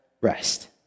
rest